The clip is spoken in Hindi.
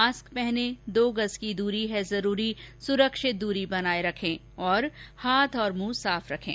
मास्क पहनें दो गज़ की दूरी है जरूरी सुरक्षित दूरी बनाए रखें हाथ और मुंह साफ रखें